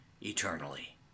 eternally